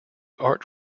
art